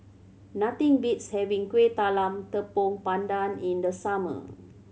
nothing beats having Kuih Talam Tepong Pandan in the summer